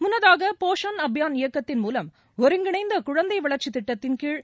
முன்னதாக போஷான் அபியான் இயக்கத்தின் மூலம் ஒருங்கிணைந்த குழந்தை வளர்ச்சித் திட்டத்தின்கீழ்